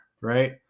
right